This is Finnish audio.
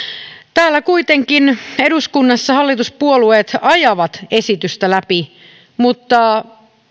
täällä kuitenkin eduskunnassa hallituspuolueet ajavat esitystä läpi mutta